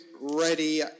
ready